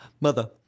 mother